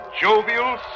jovial